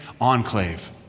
enclave